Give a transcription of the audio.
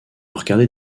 regarder